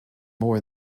more